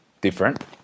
different